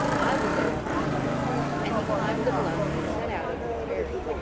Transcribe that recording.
i will go and find her and he climbed the bluff and set out over the prairie.